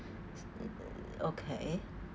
okay